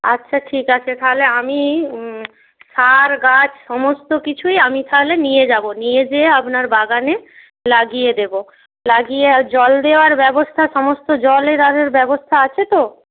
আচ্ছা ঠিক আছে তাহলে আমি সার গাছ সমস্ত কিছুই আমি তাহলে নিয়ে যাব নিয়ে গিয়ে আপনার বাগানে লাগিয়ে দেবো লাগিয়ে আর জল দেওয়ার ব্যবস্থা সমস্ত জলের আরের ব্যবস্থা আছে তো